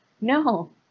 no